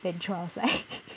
then throw outside